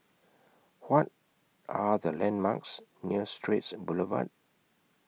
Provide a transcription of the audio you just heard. What Are The landmarks near Straits Boulevard